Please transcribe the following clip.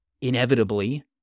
Inevitably